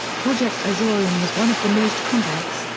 project azorian was one of the most complex,